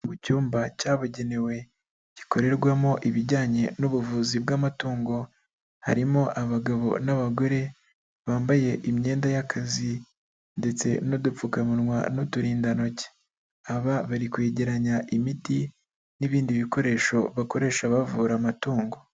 Mu cyumba cyabugenewe, gikorerwamo ibijyanye n'ubuvuzi bw'amatungo, harimo abagabo n'abagore bambaye imyenda y'akazi ndetse n'udupfukamunwa n'uturindantoki, aba bari kwegeranya imiti n'ibindi bikoresho bakoresha bavura amatungo.